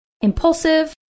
impulsive